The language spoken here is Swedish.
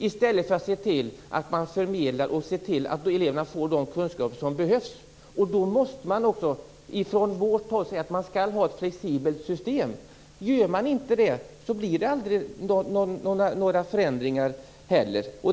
I stället kunde man väl se till att förmedla de kunskaper som eleverna behöver. Från vårt håll säger vi att det skall vara ett flexibelt system. Utan ett sådant blir det inga förändringar.